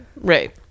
right